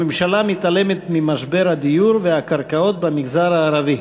הממשלה מתעלמת ממשבר הדיור והקרקעות במגזר הערבי.